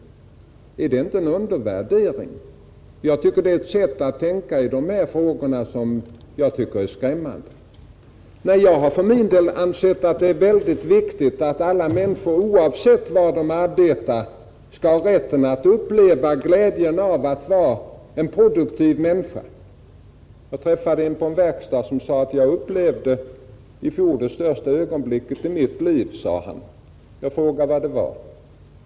— Är det inte en undervärdering? Ett sådant tänkande i de här frågorna tycker jag är skrämmande. Jag har för min del ansett att det är väldigt viktigt att alla människor, oavsett var de arbetar, skall ha rätten att uppleva glädjen av att vara en produktiv människa. Jag träffade en man på en verkstad som sade: Jag upplevde i fjol det största ögonblicket i mitt liv. Jag frågade vad det var.